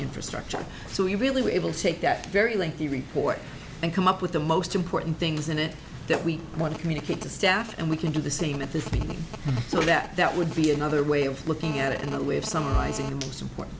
infrastructure so we really were able to take that very lengthy report and come up with the most important things in it that we want to communicate to staff and we can do the same at this so that that would be another way of looking at it and a way of summarizing the important